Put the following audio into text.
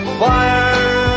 fire